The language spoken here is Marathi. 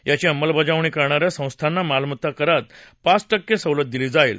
याची अंमलबजावणी करणाऱ्या संस्थांना मालमत्ता करात पाच टक्के सवलत दिली जाईल